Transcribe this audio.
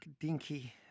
Dinky